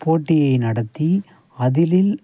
போட்டி நடத்தி அதில்